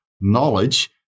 knowledge